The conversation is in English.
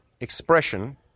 expression